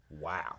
Wow